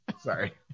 Sorry